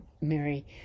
Mary